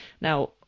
Now